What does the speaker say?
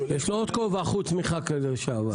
לו עוד כובע חוץ מחבר כנסת לשעבר.